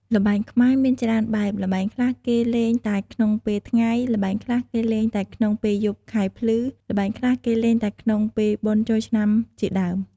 ល្បែងខ្មែរ មានច្រើនបែប ល្បែងខ្លះគេលេងតែក្នុងពេលថ្ងៃ ល្បែងខ្លះគេលេងតែក្នុងពេលយប់ខែភ្លឺ ល្បែងខ្លះគេលេងតែក្នុងពេលបុណ្យចូលឆ្នាំជាដើម។